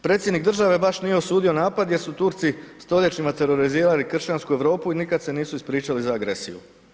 Predsjednik države baš nije osudio napad jer su Turci stoljećima terorizirali kršćansku Europu i nikad se nisu ispričali za agresiju.